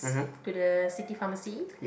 to the city pharmacy